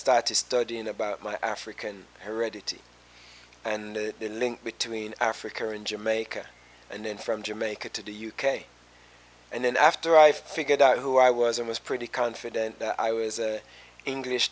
started studying about my african heredity and the link between africa and jamaica and then from jamaica to the u k and then after i figured out who i was i was pretty confident i was an english